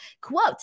quote